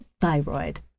thyroid